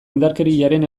indarkeriaren